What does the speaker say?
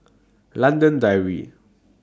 London Dairy